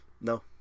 No